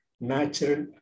natural